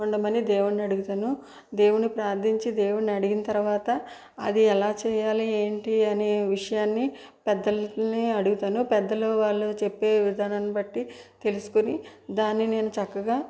ఉండమని దేవుణ్ణి అడుగుతాను దేవుణ్ణి ప్రార్థించి దేవుణ్ణి అడిగిన తర్వాత అది ఎలా చేయాలి ఏంటి అనే విషయాన్ని పెద్దలని అడుగుతాను పెద్దలు వాళ్ళు చెప్పే విధానం బట్టి తెలుసుకోని దాన్ని నేను చక్కగా